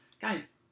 guys